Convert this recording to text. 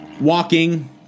walking